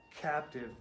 captive